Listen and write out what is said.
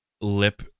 lip